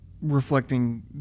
reflecting